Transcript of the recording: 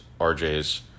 RJ's